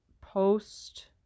post